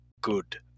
good